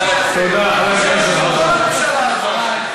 זו המדיניות של ממשלת, תודה, חבר הכנסת חזן.